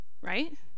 right